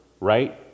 right